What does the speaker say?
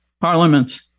parliaments